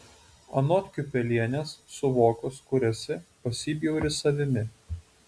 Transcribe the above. anot kiupelienės suvokus kur esi pasibjauri savimi